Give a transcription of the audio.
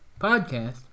podcast